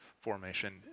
formation